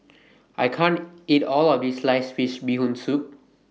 I can't eat All of This Sliced Fish Bee Hoon Soup